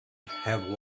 have